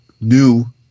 new